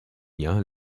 jahr